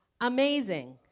Amazing